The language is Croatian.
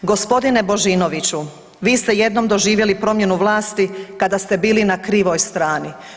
Gospodine Božinoviću vi ste jednom doživjeli promjenu vlasti kada ste bili na krivoj strani.